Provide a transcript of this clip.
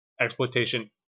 Exploitation